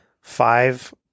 five